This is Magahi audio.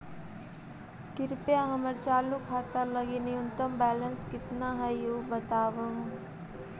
कृपया हमर चालू खाता लगी न्यूनतम बैलेंस कितना हई ऊ बतावहुं